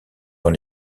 dans